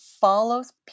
follows